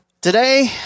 Today